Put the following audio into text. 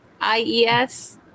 IES